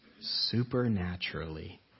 supernaturally